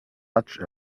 such